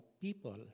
people